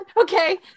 Okay